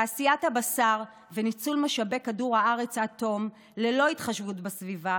תעשיית הבשר וניצול משאבי כדור הארץ עד תום ללא התחשבות בסביבה